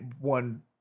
one